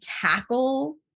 tackle